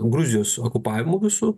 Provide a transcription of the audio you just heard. gruzijos okupavimu visu